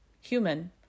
human